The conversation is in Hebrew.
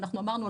ואנחנו אמרנו,